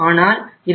ஆனால் 20